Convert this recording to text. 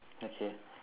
okay